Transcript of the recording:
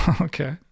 Okay